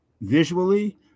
visually